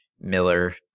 Miller